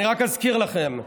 אני רק אזכיר לכם,